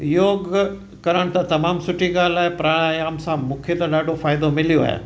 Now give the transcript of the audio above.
योगु करणु त तमामु सुठी ॻाल्हि आहे प्राणायाम सां मूंखे त ॾाढो फ़ाइदो मिलियो आहे